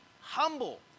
humble